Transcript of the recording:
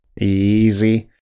easy